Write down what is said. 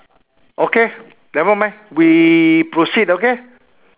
okay never mind we proceed okay